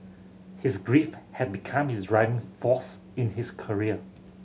his grief had become his driving force in his career